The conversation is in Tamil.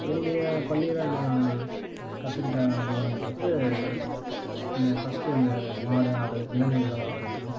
என்னுடைய பள்ளியில் நான் கத்துக்கிட்ட அனுபவம்ன்றது இந்த ஃபஸ்ட்டு இந்த மாடு ஆடு விலங்குகளெலாம் வரைஞ்சது தான்